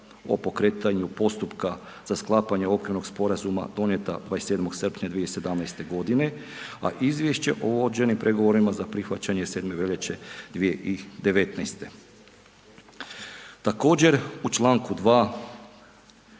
o pokretanju postupka za sklapanje okvirnog sporazuma donijeta 27. srpnja 2017. godine a izvješće o vođenim pregovorima za prihvaćanje 7. veljače 2019.